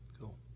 Cool